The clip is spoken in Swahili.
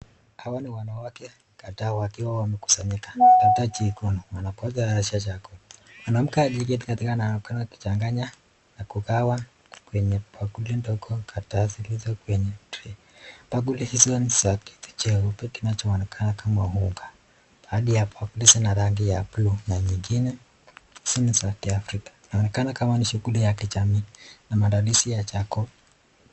Hawa ni wanawake kadhaa wakiwa wamekusanyika katika katika jikoni, mwanamke aliye katikati anaonekana akichanganya na kugawa kwenye bakuli ndogo kadhaa zilizo kwenye tray bakuli hizo ni za kitu cheupe knachoonekana kama unga, baadhi ya hizi zina rangi ya blue na nyingine ni za kiafrika, inaonekana kama ni shughuli ya kijamii na maandalizi ya chakula.